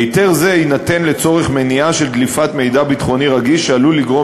היתר זה יינתן לצורך מניעה של דליפת מידע ביטחוני רגיש שעלול לגרום